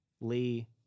Lee